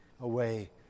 away